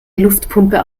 luftpumpe